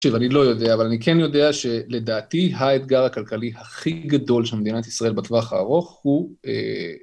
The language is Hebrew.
שוב, אני לא יודע, אבל אני כן יודע שלדעתי, האתגר הכלכלי הכי גדול של מדינת ישראל בטווח הארוך הוא...